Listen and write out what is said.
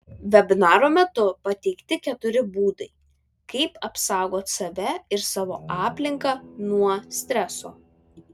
vebinaro metu pateikti keturi būdai kaip apsaugot save ir savo aplinką nuo streso